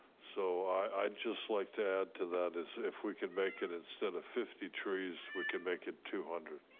so i'd just like to add to that is if we could make it instead of fifty trees, we could make it two hundred.